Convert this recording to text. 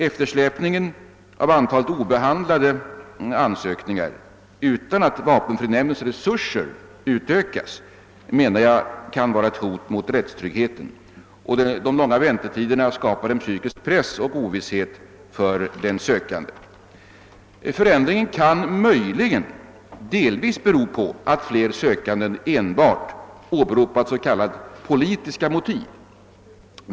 Eftersläpningen av antalet obehandlade ansökningar, utan att vapenfrinämndens resurser utökas, kan vara ett hot mot rättstryggheten, och de långa väntetiderna skapar psykisk press och ovisshet för de sökande. Förändringen kan möjligen delvis bero på att fler sökande åberopat s.k. politiska motiv.